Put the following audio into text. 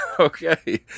Okay